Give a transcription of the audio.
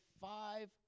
five